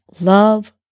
love